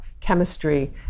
chemistry